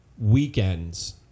Weekends